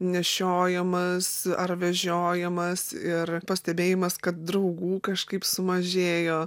nešiojamas ar vežiojamas ir pastebėjimas kad draugų kažkaip sumažėjo